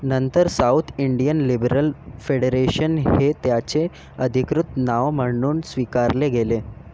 नंतर south Indian liberal federation हे त्याचे अधिकृत नाव म्हणून स्वीकारले गेले